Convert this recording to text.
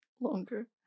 longer